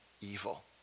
evil